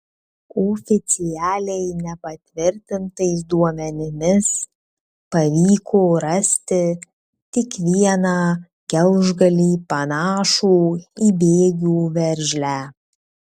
oficialiai nepatvirtintais duomenimis pavyko rasti tik vieną gelžgalį panašų į bėgių veržlę